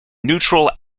neutral